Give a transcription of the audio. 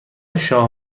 شاه